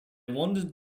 wanted